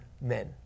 men